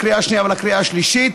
לקריאה השנייה ולקריאה השלישית.